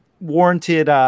Warranted